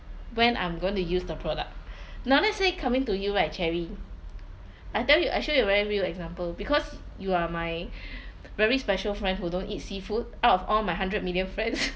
when I'm going to use the product now let's say coming to you right cherry I tell you I show you very real example because you are my very special friend who don't eat seafood out of all my hundred million friends